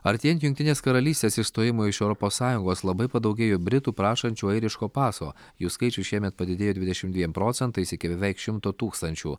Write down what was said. artėjant jungtinės karalystės išstojimui iš europos sąjungos labai padaugėjo britų prašančių airiško paso jų skaičius šiemet padidėjo dvidešim dviem procentais iki beveik šimto tūkstančių